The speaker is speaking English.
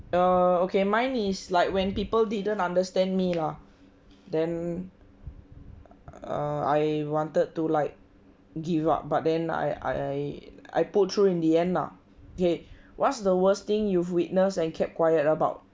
err okay mine is like when people didn't understand me lah then err I wanted to like give up but then I I I put through end the end lah okay what's the worst thing you've witness and kept quiet about